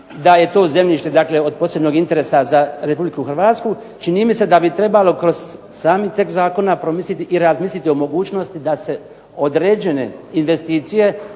da je to zemljište od posebnog interesa za Republiku Hrvatsku. Čini mi se da bi trebalo kroz sami tekst zakona promisliti i razmisliti o mogućnosti da se određene investicije